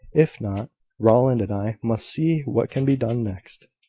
if not rowland and i must see what can be done next.